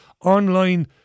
online